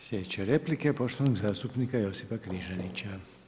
Sljedeća replika je poštovanog zastupnika Josipa Križanića.